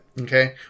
Okay